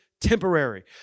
Temporary